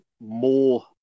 more